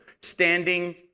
standing